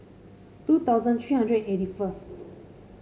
two thousand three hundred eighty first